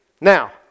Now